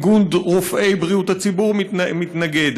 איגוד רופאי בריאות הציבור מתנגד,